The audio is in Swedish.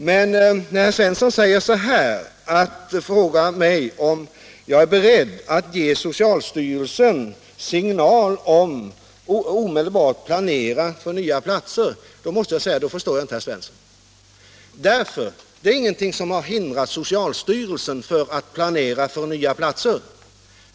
Men när herr Svensson frågar mig om jag är beredd att ge socialstyrelsen signal om att omedelbart planera för nya platser, måste jag säga att jag inte förstår herr Svensson. Det är ingenting som har hindrat socialstyrelsen från att planera för nya platser.